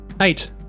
Eight